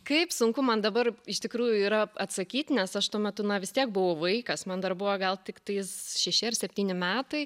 kaip sunku man dabar iš tikrųjų yra atsakyt nes aš tuo metu na vis tiek buvau vaikas man dar buvo gal tiktais šeši ar septyni metai